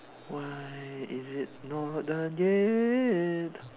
why is it not done yet